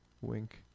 Wink